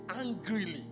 angrily